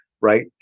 Right